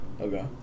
Okay